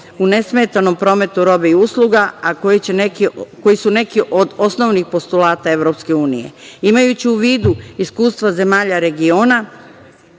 u nesmetanom prometu robe i usluga, a koji su neki od osnovnih postulata EU.Imajući u vidu iskustva zemalja regiona,